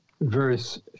verse